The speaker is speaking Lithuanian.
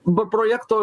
be projekto